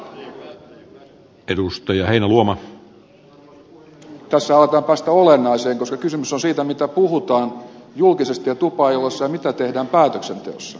tässä aletaan päästä olennaiseen koska kysymys on siitä mitä puhutaan julkisesti ja tupailloissa ja mitä tehdään päätöksenteossa